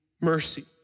mercy